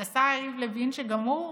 ועל השר יריב לוין, שגם הוא